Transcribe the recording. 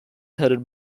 headed